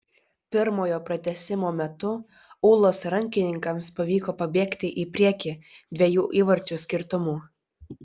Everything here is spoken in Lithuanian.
pirmojo pratęsimo metu ūlos rankininkams pavyko pabėgti į priekį dviejų įvarčių skirtumu